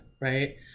right